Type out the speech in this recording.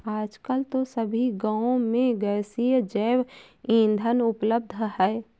आजकल तो सभी गांव में गैसीय जैव ईंधन उपलब्ध है